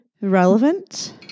relevant